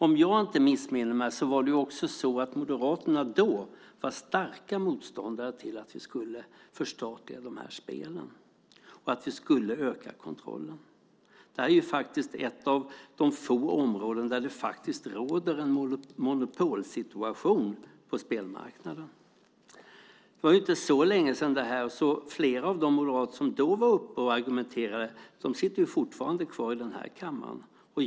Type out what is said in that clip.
Om jag inte missminner mig var Moderaterna starka motståndare till att vi skulle förstatliga dessa spel och öka kontrollen. Detta är ett av de få områden där det faktiskt råder en monopolsituation på spelmarknaden. Detta var inte så länge sedan, så flera av de moderater som då var uppe och argumenterade sitter fortfarande kvar i den här kammaren.